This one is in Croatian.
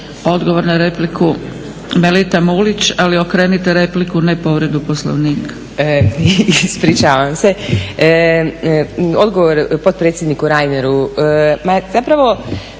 Odgovor na repliku Melita Mulić, ali okrenite repliku ne povredu poslovnika. **Mulić, Melita (SDP)** Ispričavam se. Odgovor potpredsjedniku Reiner. Ma zapravo